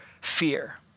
fear